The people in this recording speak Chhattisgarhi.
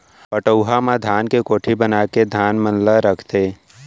पटउहां म धान के कोठी बनाके धान मन ल रखथें